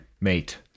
Mate